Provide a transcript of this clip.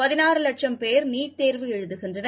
பதினாறுலட்சம் பேர் நீட் தேர்வு எழுதுகின்றனர்